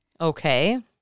Okay